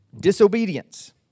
disobedience